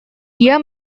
dia